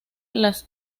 las